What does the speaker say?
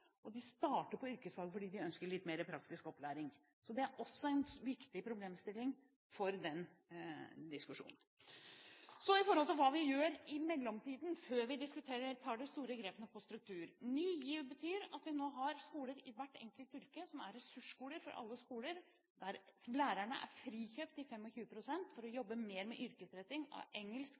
og de starter på yrkesfag fordi de ønsker litt mer praktisk opplæring. Så det er også en viktig problemstilling i den diskusjonen. Så, når det gjelder det vi gjør i mellomtiden – før vi tar de store grepene på struktur. Ny GIV betyr at vi nå har skoler i hvert fylke som er ressursskoler for alle skolene, der lærerne er frikjøpt i 25 pst. for å jobbe mer med yrkesretting av engelsk,